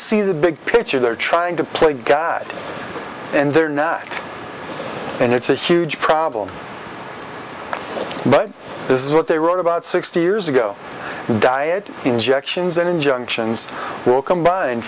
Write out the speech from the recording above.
see the big picture they're trying to play god and they're not and it's a huge problem but this is what they wrote about sixty years ago diet injections and injunctions were combined